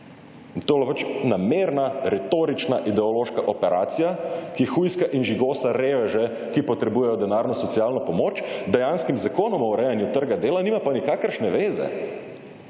nerazumljivo/ namerna, retorična, ideološka operacija, ki hujska in žigosa reveže, ki potrebujejo denarno socialno pomoč, z dejanskim Zakonom o urejanju trga dela nima pa nikakršne veze.